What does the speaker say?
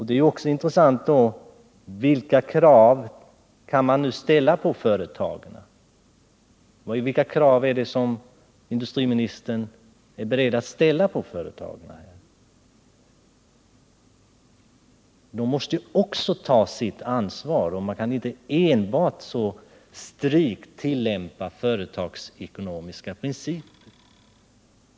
Det är också intressant att få veta vilka krav industriministern är beredd att ställa på företagen. De måste också ta sitt ansvar. De kan inte enbart få strikt tillämpa företagsekonomiska principer.